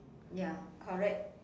ya correct